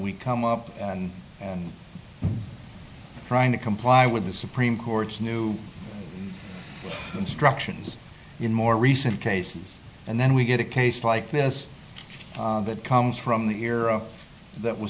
we come up trying to comply with the supreme court's new instructions in more recent cases and then we get a case like this that comes from the era that was